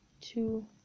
two